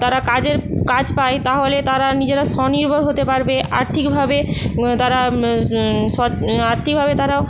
তারা কাজের কাজ পায় তাহলে তারা নিজেরা স্বনির্ভর হতে পারবে আর্থিকভাবে তারা সচ্ আর্থিকভাবে তারাও